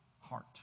heart